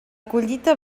collita